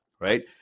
right